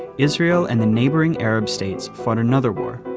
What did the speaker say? israel and the neighboring arab states fought another war.